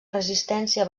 resistència